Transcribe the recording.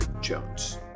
Jones